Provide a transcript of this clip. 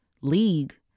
league